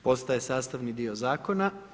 Postaje sastavni dio zakona.